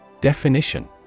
Definition